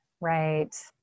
Right